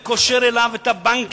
והוא קושר אליו את הבנקים,